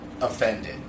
offended